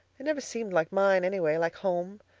it never seemed like mine, anyway like home.